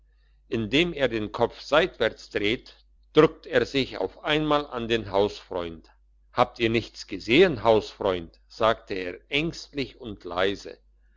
indem er den kopf seitwärts dreht druckt er sich auf einmal an den hausfreund habt ihr nichts gesehn hausfreund sagte er ängstlich und leise